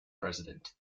president